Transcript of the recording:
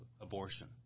abortion